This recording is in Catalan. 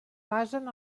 basen